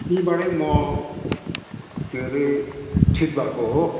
त्यहीँबाटै म के अरे ठिक भएको हो